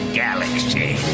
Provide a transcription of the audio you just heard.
galaxy